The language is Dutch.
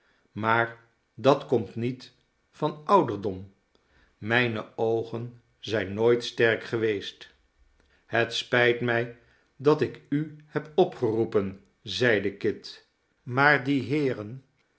maar dat komt niet van ouderdom mijne oogen zijn nooit sterk geweest het spijt mij dat ik u heb opgeroepen zeide kit maar die heeren